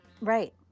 Right